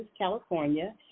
California